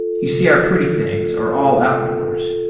you see our pretty things are all outdoors.